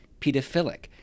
pedophilic